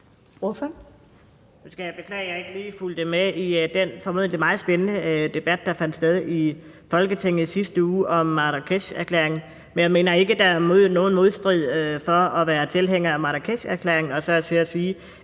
jeg ikke lige fulgte med i den formodentlig meget spændende debat, der fandt sted i Folketinget i sidste uge, om Marrakesherklæringen. Men jeg mener ikke, der er nogen modstrid i at være tilhænger af Marrakesherklæringen